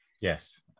Yes